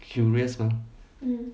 curious mah